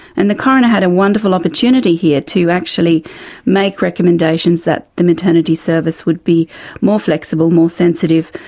and the coroner had a wonderful opportunity here to actually make recommendations that the maternity service would be more flexible, more sensitive,